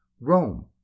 rome